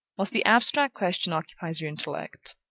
whilst the abstract question occupies your intellect,